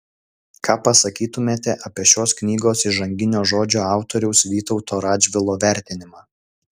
ką pasakytumėte apie šios knygos įžanginio žodžio autoriaus vytauto radžvilo vertinimą